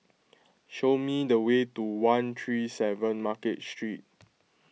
show me the way to one three seven Market Street